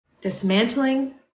dismantling